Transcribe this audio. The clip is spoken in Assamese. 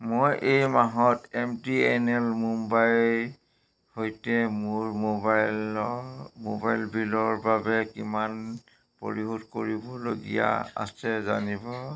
মই এই মাহত এম টি এন এল মুম্বাইৰ সৈতে মোৰ মোবাইলৰ মোবাইল বিলৰ বাবে কিমান পৰিশোধ কৰিবলগীয়া আছে জানিব